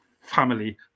family